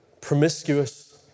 promiscuous